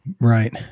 Right